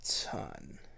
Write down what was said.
ton